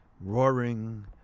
roaring